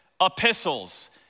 epistles